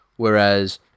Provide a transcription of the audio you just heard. Whereas